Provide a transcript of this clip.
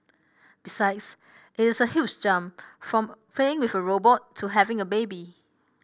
besides it is a huge jump from playing with a robot to having a baby